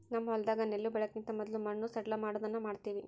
ನಮ್ಮ ಹೊಲದಾಗ ನೆಲ್ಲು ಬೆಳೆಕಿಂತ ಮೊದ್ಲು ಮಣ್ಣು ಸಡ್ಲಮಾಡೊದನ್ನ ಮಾಡ್ತವಿ